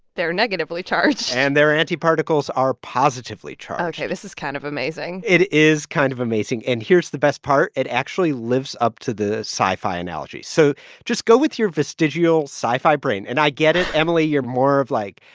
they're negatively charged and their antiparticles are positively charged ok, this is kind of amazing it is kind of amazing. and here's the best part. it actually lives up to the sci-fi analogy. so just go with your vestigial sci-fi brain. and i get it, emily. you're more of, like,